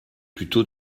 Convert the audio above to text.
plutôt